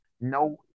no